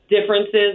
differences